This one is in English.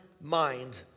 mind